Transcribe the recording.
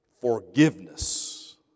forgiveness